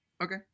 Okay